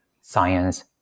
science